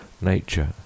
nature